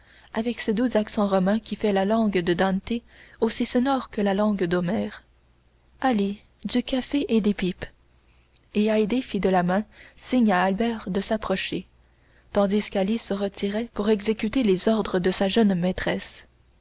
avec ce doux accent romain qui fait la langue de dante aussi sonore que la langue d'homère ali du café et des pipes et haydée fit de la main signe à albert de s'approcher tandis qu'ali se retirait pour exécuter les ordres de sa jeune maîtresse